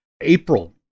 April